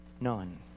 None